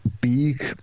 big